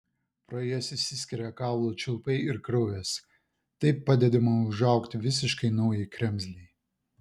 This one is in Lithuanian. pro jas išsiskiria kaulų čiulpai ir kraujas taip padedama užaugti visiškai naujai kremzlei